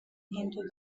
into